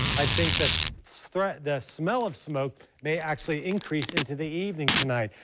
i think that so the smell of smoke may actually increase into the evening tonight.